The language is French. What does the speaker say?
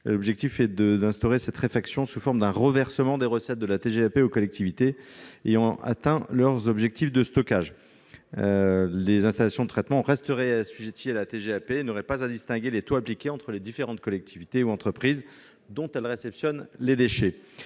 L'objectif est d'instaurer cette réfaction sous forme d'un reversement des recettes de la TGAP aux collectivités ayant atteint leurs objectifs de stockage. Ainsi, les installations de traitement resteraient assujetties à la TGAP et n'auraient pas à distinguer les taux appliqués entre les différentes collectivités ou entreprises dont elles réceptionnent les déchets.